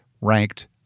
ranked